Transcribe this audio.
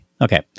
Okay